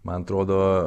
man atrodo